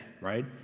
right